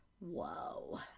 Whoa